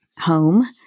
home